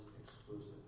exclusive